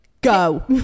Go